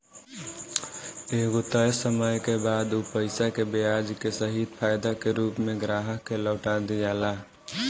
एगो तय समय के बाद उ पईसा के ब्याज के सहित फायदा के रूप में ग्राहक के लौटा दियाला